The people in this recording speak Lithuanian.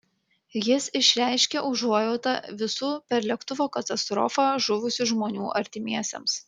jis išreiškė užuojautą visų per lėktuvo katastrofą žuvusių žmonių artimiesiems